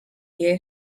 you